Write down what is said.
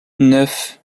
neuf